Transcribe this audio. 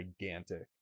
gigantic